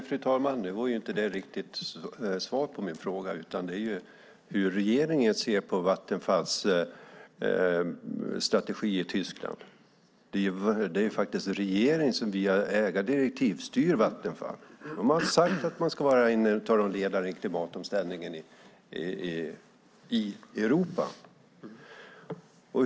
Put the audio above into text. Fru talman! Det var inte riktigt svar på min fråga. Den gällde hur regeringen ser på Vattenfalls strategi i Tyskland. Det är regeringen som via ägardirektiv styr Vattenfall. Den har sagt att Vattenfall ska vara en av de ledande i klimatomställningen i Europa.